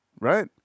right